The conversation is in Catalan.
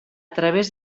través